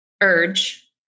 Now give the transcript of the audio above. urge